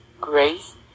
grace